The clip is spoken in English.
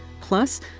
Plus